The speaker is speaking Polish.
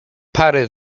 pary